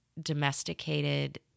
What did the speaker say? domesticated